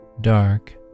dark